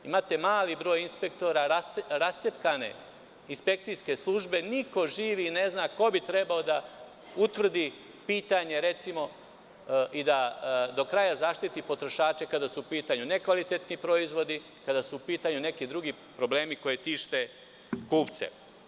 Imate mali broj inspektora, rascepkane inspekcijske službe i niko živi ne zna ko bi trebao da utvrdi pitanje, recimo, i da do kraja zaštiti potrošače kada su u pitanju nekvalitetni proizvodi i kada su u pitanju neki drugi problemi koji tište kupce.